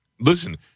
listen